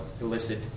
illicit